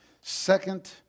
second